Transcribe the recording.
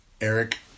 Eric